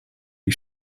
die